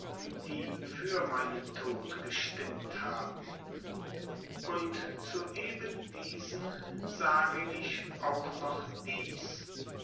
die für meinen tod gestimmt haben und zu eben diesen sage ich auch noch dies